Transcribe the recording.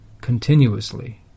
continuously